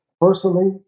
personally